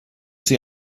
sie